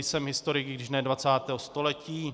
Jsem historik, i když ne dvacátého století.